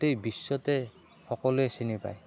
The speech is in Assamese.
গোটেই বিশ্বতে সকলোৱে চিনি পায়